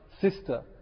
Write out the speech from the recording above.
sister